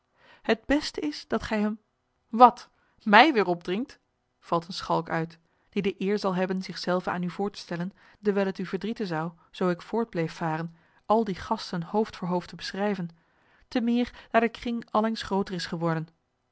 het beste is dat gij hem wat mij weêr opdringt valt een schalk uit die de eer zal hebben zich zelven aan u voor te stellen dewijl het u verdrieten zou zoo ik voort bleef varen al die gasten hoofd voor hoofd te beschrijven te meer daar de kring allengs grooter is geworden